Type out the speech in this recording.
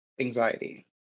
anxiety